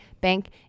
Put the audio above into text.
Bank